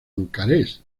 bucarest